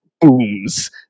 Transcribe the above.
booms